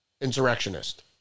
insurrectionist